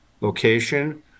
location